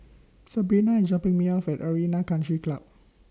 Sabrina IS dropping Me off At Arena Country Club